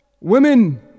Women